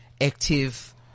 active